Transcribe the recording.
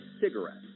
cigarettes